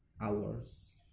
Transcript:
hours